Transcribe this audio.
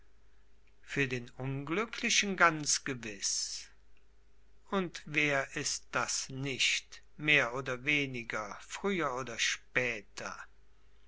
für den unglücklichen ganz gewiß und wer ist das nicht mehr oder weniger früher oder später